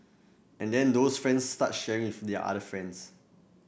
and then those friends start sharing with their other friends